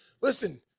listen